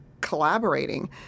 collaborating